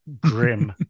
grim